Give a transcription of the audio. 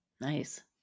Nice